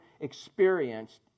experienced